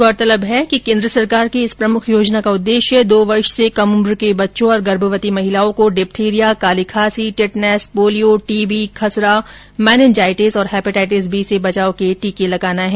गौरतलब है केन्द्र सरकार की इस प्रमुख योजना का उद्देश्य दो वर्ष से कम उम्र के बच्चों और गर्भवती महिलाओं को डिथ्थिरिया काली खांसी टिटनेस पोलियो टीबी खसरा मेनिनजाइटिस और हेपेटाइटिस बी से बचाव के टीके लगाना है